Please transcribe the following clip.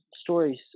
stories